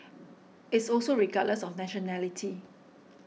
it's also regardless of nationality